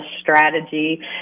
strategy